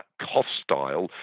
hostile